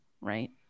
right